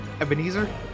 Ebenezer